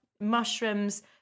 mushrooms